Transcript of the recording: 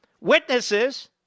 Witnesses